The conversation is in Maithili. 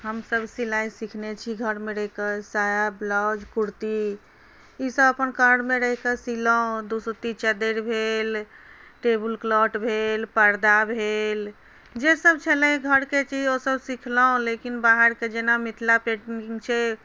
हमसब सिलाइ सिखने छी घरमे रहिकऽ साया ब्लाउज कुर्ती ईसब अपन घरमे रहिकऽ सिलहुँ दूसूती चद्दरि भेल टेबुल क्लॉथ भेल पर्दा भेल जे सब छलै घरके चीज ओसब सिखलहुँ लेकिन बाहरके जेना मिथिला पेन्टिङ्ग छै